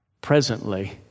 presently